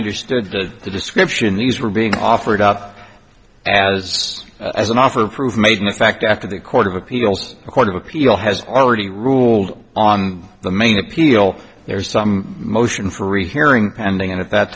understood the description these were being offered up as as an offer of proof made in fact after the court of appeals court of appeal has already ruled on the main appeal there's some motion for rehearing pending and at that